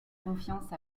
confiance